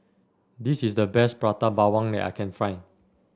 this is the best Prata Bawang that I can find